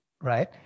right